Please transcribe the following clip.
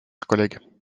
collègue